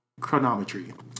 chronometry